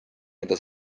mida